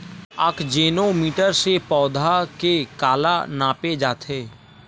आकजेनो मीटर से पौधा के काला नापे जाथे?